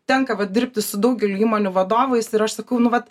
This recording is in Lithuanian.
tenka vat dirbti su daugelio įmonių vadovais ir aš sakau nu vat